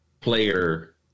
player